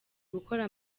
gukora